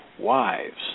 wives